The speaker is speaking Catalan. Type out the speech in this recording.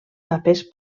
papers